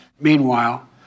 Meanwhile